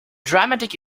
dramatic